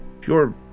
pure